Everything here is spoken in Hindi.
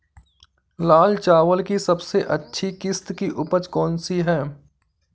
लाल चावल की सबसे अच्छी किश्त की उपज कौन सी है?